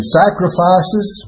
sacrifices